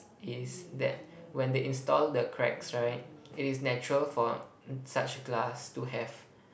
is that when they install the cracks right it is natural for such glass to have